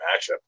matchup